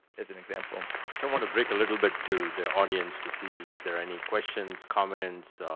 as an example. so i wanna break a little bit to the audience to see if there are any questions, comments,